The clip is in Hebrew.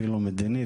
אפילו מדינית,